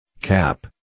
cap